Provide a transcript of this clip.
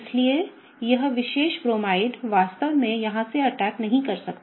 इसलिए यह विशेष ब्रोमाइड वास्तव में यहाँ से अटैक नहीं कर सकता